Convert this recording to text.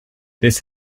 this